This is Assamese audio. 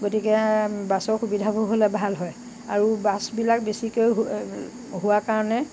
গতিকে বাছৰ সুবিধাবোৰ হ'লে ভাল হয় আৰু বাছবিলাক বেছিকৈ হোৱা কাৰণে